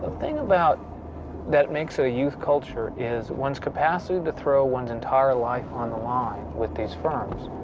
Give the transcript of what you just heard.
thing about that makes it a youth culture is one's capacity to throw one's entire life on the line with these firms